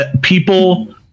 People